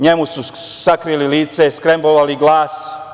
Njemu su sakrili lice, skrembovali glas.